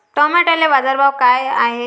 टमाट्याले बाजारभाव काय हाय?